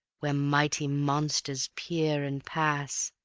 where mighty monsters peer and pass,